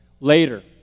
later